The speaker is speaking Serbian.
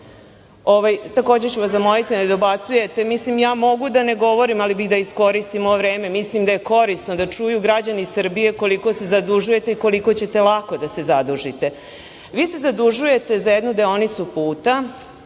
dužni. Takođe ću vas zamoliti da ne dobacujete. Ja mogu da ne govorim, ali bih da iskoristim moje vreme. Mislim da je korisno da čuju građani Srbije koliko se zadužujete i koliko ćete lako da se zadužite. Vi se zadužujete za jednu deonicu puta,